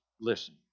listen